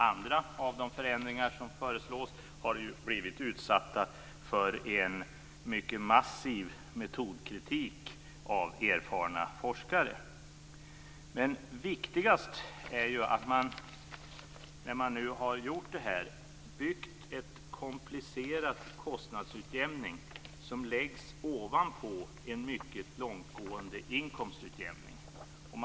Andra förändringar som föreslås har ju blivit utsatta för en mycket massiv metodkritik av erfarna forskare. Nu har man byggt en komplicerad kostnadsutjämning som läggs ovanpå en mycket långtgående inkomstutjämning.